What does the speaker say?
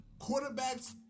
Quarterbacks